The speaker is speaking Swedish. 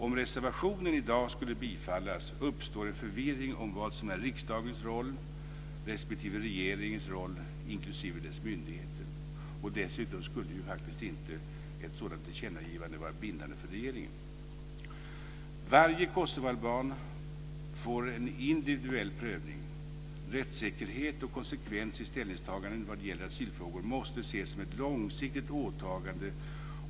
Om reservationen i dag skulle bifallas uppstår en förvirring om vad som är riksdagens roll respektive regeringens roll - inklusive dess myndigheter. Dessutom skulle ju faktiskt inte ett sådant tillkännagivande vara bindande för regeringen. Varje kosovoalban får en individuell prövning. Rättssäkerhet och konsekvens i ställningstaganden vad gäller asylfrågor måste ses som ett långsiktigt åtagande.